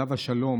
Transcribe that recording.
עליו השלום,